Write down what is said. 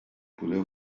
podeu